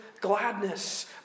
gladness